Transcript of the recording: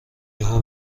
یهو